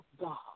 God